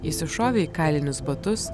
įsišovę į kailinius batus